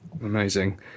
Amazing